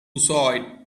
saw